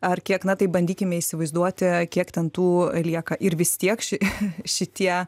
ar kiek na tai bandykime įsivaizduoti kiek ten tų lieka ir vis tiek ši šitie